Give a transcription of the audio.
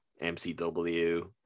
MCW